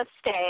stay